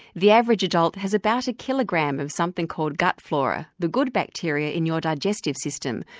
the average adult has about a kilogram of something called gut flora, the good bacteria in your digestive system,